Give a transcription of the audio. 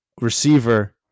receiver